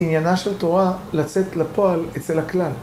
עניינה של תורה לצאת לפועל אצל הכלל.